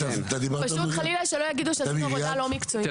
פשוט חלילה שלא יגידו שעשינו עבודה לא מקצועית.